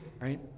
Right